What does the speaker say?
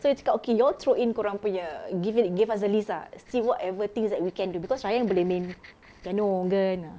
so I cakap okay you all throw in kau orang punya give it give us a list lah see whatever things that we can do because ryan boleh main piano organ ah